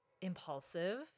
impulsive